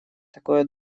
такое